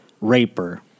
raper